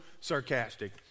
sarcastic